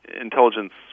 intelligence